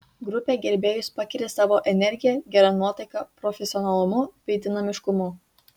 grupė gerbėjus pakeri savo energija gera nuotaika profesionalumu bei dinamiškumu